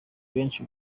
benshi